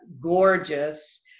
gorgeous